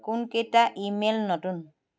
কোনকেইটা email নতুন